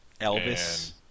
Elvis